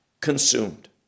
consumed